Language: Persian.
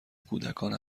کودکان